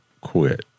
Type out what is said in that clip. quit